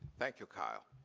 thank you, kyle.